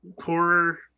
poorer